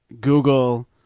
Google